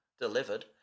Delivered